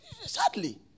Sadly